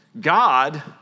God